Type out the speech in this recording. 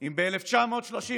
אם ב-1939